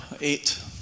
eight